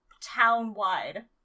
town-wide